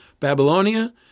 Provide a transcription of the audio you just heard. Babylonia